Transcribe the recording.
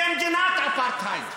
זו מדינת אפרטהייד.